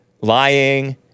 lying